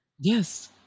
Yes